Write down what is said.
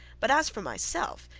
but as for myself,